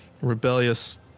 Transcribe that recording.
rebellious